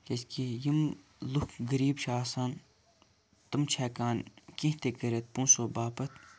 کیازکہِ یِم لُکھ غٔریٖب چھِ آسان تِم چھِ ہیٚکان کینٛہہ تہِ کٔرِتھ پونٛسو باپَتھ